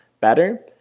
better